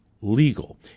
legal